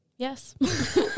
Yes